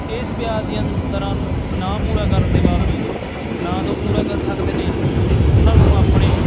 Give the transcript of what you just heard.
ਇਸ ਵਿਆਜ ਦੀਆਂ ਦਰਾਂ ਨੂੰ ਨਾ ਪੂਰਾ ਕਰਨ ਦੇ ਬਾਵਜੂਦ ਨਾ ਤਾਂ ਉਹ ਪੂਰਾ ਕਰ ਸਕਦੇ ਨੇ ਅਤੇ ਉਹਨਾਂ ਨੂੰ ਆਪਣੇ